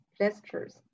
gestures